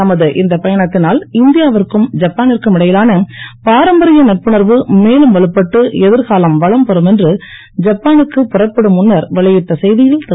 தமது இந்தப் பயணத்தினால் இந்தியாவிற்கும் ஜப்பானிற்கும் இடையிலான பாரம்பரிய நட்புணர்வு மேலும் வலுப்பட்டு எதிர்காலம் வளம்பெறும் என்று ஜப்பானுக்கு புறப்படும் முன்னர் வெளியிட்ட செய்தியில் திரு